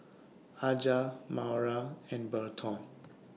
Aja Maura and Berton